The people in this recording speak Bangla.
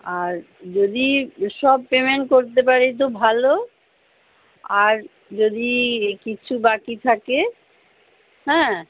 আর যদি সব পেমেন্ট করতে পারি তো ভালো আর যদি কিছু বাকি থাকে হ্যাঁ